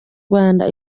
rwanda